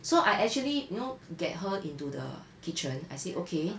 so I actually you know get her into the kitchen I said okay